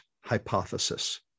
hypothesis